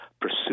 pursue